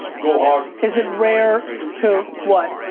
go hard. is it rare to what?